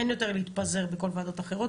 אין יותר להתפזר בכל ועדות אחרות.